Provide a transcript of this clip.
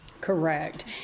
Correct